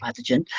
pathogen